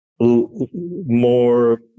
more